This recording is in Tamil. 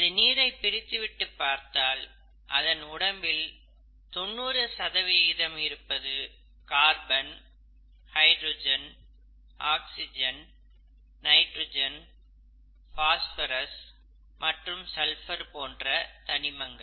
இந்த நீரை பிரித்துவிட்டு பார்த்தால் அதன் உடம்பில் 90 சதவிகிதம் இருப்பது carbon hydrogen oxygen nitrogen phosphorus மற்றும் சல்பர் போன்ற தனிமங்கள்